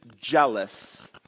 jealous